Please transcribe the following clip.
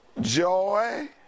joy